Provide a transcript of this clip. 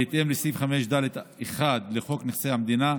בהתאם לסעיף 5(ד)(1) לחוק נכסי המדינה,